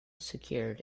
secured